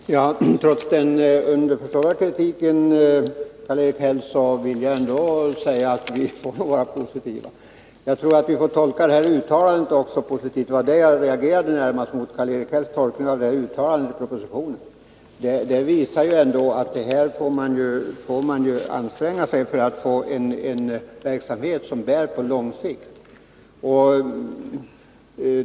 Fru talman! Trots den underförstådda kritiken vill jag säga, Karl-Erik Häll, att vi måste vara positiva. Vi måste tolka uttalandena positivt. Det jag närmast reagerade mot var Karl-Erik Hälls tolkning av uttalandet i propositionen. Det som sägs där visar ju att det är nödvändigt att anstränga sig, så att man får en verksamhet som bär sig på lång sikt.